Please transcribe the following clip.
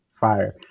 fire